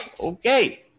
Okay